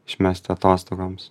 išmesti atostogoms